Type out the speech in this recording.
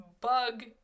bug